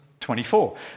24